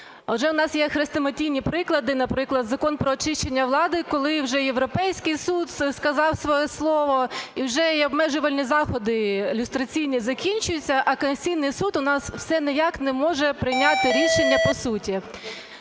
адже в нас є хрестоматійні приклади, наприклад Закон "Про очищення влади", коли вже Європейський суд сказав своє слово, і вже і обмежувальні заходи люстраційні закінчуються, а Конституційний Суд у нас все ніяк не може прийняти рішення по суті.